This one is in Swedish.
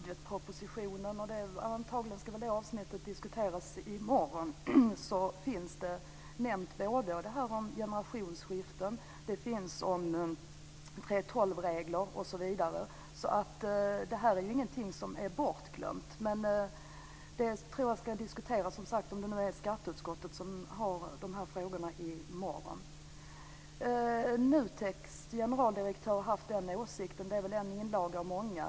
Fru talman! I budgetpropositionen nämns det här med generationsskiften. Där finns 3:12-regler osv. - det avsnittet ska antagligen diskuteras i morgon. Det här är ingenting som är bortglömt, utan jag tror, som sagt, att det ska diskuteras i morgon, om det nu är skatteutskottet som har de frågorna. NUTEK:s generaldirektör har haft den här åsikten. Det är väl en inlaga av många.